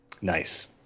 Nice